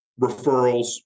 Referrals